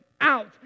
out